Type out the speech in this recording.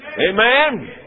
Amen